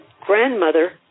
grandmother